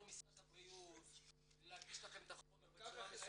משרד הבריאות להגיש לכם את החומר --- אנחנו